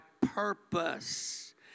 purpose